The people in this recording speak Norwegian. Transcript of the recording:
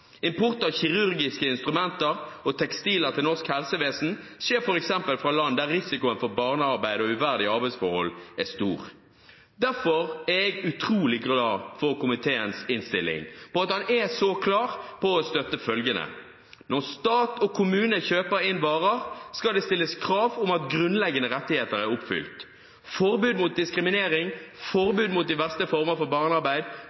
Import av kirurgiske instrumenter og tekstiler til norsk helsevesen skjer f.eks. fra land der risikoen for barnearbeid og uverdige arbeidsforhold er stor. Derfor er jeg utrolig glad for at komiteens innstilling er så klar på å støtte følgende: Når stat og kommune kjøper inn varer, skal det stilles krav om at grunnleggende rettigheter er oppfylt – forbud mot diskriminering, forbud mot de verste former for barnearbeid,